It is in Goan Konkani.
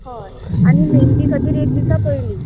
हय आनी मेहंदी खातीर एक दिसा पयली